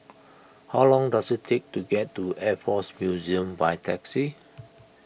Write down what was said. how long does it take to get to Air force Museum by taxi